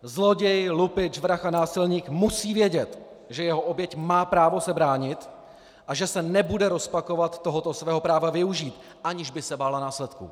Zloděj, lupič, vrah a násilník musí vědět, že jeho oběť má právo se bránit a že se nebude rozpakovat tohoto svého práva využít, aniž by se bála následků.